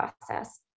process